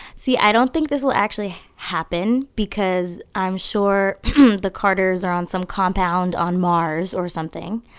see. i don't think this will actually happen because i'm sure the carters are on some compound on mars or something.